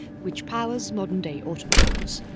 which powers modern day automobiles.